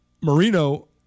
Marino